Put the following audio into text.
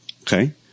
okay